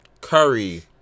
Curry